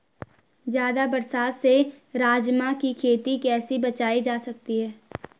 ज़्यादा बरसात से राजमा की खेती कैसी बचायी जा सकती है?